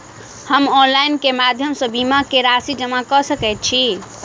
हम ऑनलाइन केँ माध्यम सँ बीमा केँ राशि जमा कऽ सकैत छी?